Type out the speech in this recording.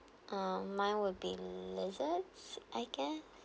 uh mine would be lizards I guess